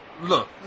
Look